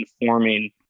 informing